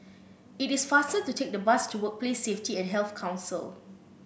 it is faster to take the bus to Workplace Safety and Health Council